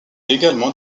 également